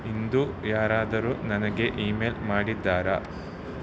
ಇಂದು ಯಾರಾದರೂ ನನಗೆ ಇಮೇಲ್ ಮಾಡಿದ್ದಾರಾ